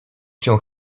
się